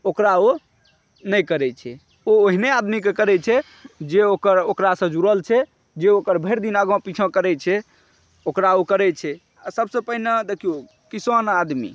ओकरा ओ नहि करैत छै ओ ओहने आदमीकें करैत छै जे ओकर ओकरासँ जुड़ल छै जे ओकर भरि दिन आगाँ पाछाँ करैत छै ओकरा ओ करैत छै आ सभसँ पहिने देखिऔ किसान आदमी